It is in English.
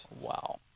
Wow